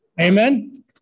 Amen